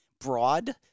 broad